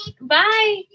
Bye